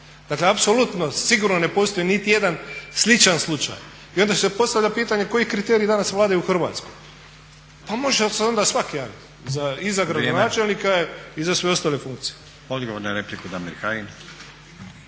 Dakle apsolutno sigurno ne postoji niti jedan sličan slučaj. I onda se postavlja pitanje koji kriteriji danas vladaju u Hrvatskoj. Pa može se onda … i za gradonačelnika i za sve ostale funkcije. **Stazić, Nenad